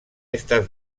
estas